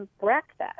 breakfast